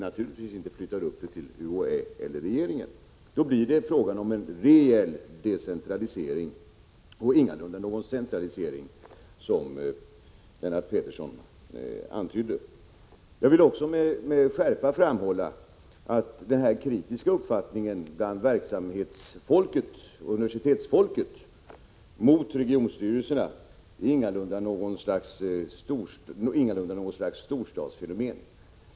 Naturligtvis skall man inte flytta uppgifterna så långt uppåt som till UHÄ eller regeringen. Då blir det fråga om en rejäl decentralisering — och ingalunda en centralisering, som Lennart Pettersson antydde. Med skärpa vill jag också framhålla att den kritiska inställning som verksamhetsfolket och universitetsfolket har när det gäller regionstyrelserna ingalunda är ett storstadsfenomen.